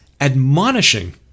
admonishing